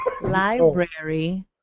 Library